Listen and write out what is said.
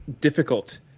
difficult